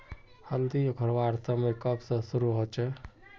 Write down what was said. हल्दी उखरवार समय कब से शुरू होचए?